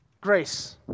grace